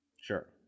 Sure